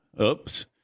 Oops